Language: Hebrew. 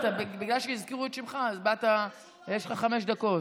בגלל שהזכירו את שמך אז באת, ויש לך חמש דקות.